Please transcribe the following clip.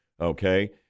okay